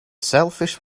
selfish